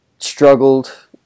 struggled